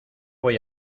voy